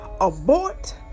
abort